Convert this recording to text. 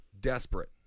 desperate